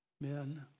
men